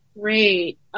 great